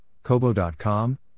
Kobo.com